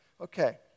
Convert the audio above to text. Okay